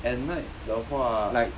at night 的话